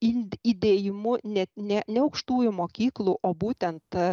įdėjimu net ne ne aukštųjų mokyklų o būtent